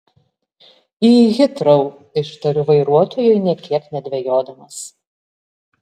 į hitrou ištariu vairuotojui nė kiek nedvejodamas